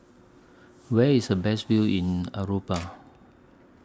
Where IS The Best View in Aruba